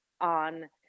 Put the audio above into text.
on